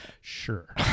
Sure